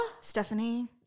Stephanie